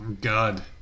God